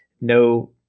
No